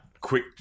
quick